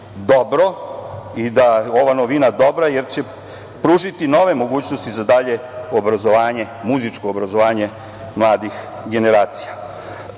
dobro i da je ova novina dobra, jer će pružiti nove mogućnosti za dalje obrazovanje, muzičko obrazovanje mladih generacija. Ovim